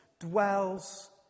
dwells